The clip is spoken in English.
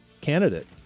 candidate